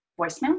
voicemail